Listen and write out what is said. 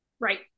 Right